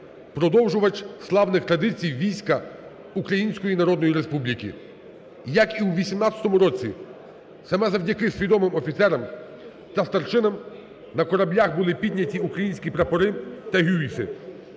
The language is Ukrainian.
продовжувач славних традицій війська Української Народної Республіки. Як і у 18-му році, саме завдяки свідомим офіцерам та старшинам на кораблях були підняті українські прапори та люверси.